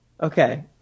Okay